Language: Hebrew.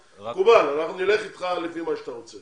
מקובל, אנחנו נלך איתך לפי מה שאתה רוצה.